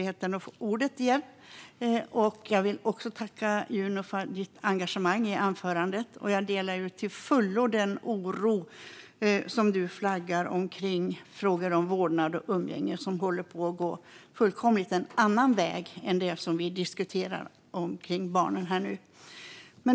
Herr talman! Jag tackar för Juno Bloms engagemang i sitt anförande. Jag delar till fullo den oro som du framför i fråga om vårdnad och umgänge, något som håller på att gå en helt annan väg än den som vi diskuterar om barn här nu.